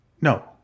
no